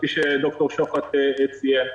כפי שד"ר שוחט ציין.